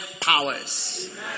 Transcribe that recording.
powers